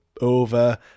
over